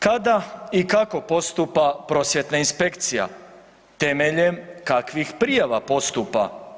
Kada i kako i postupa prosvjetna inspekcija, temeljem kakvih prijava postupa?